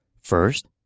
First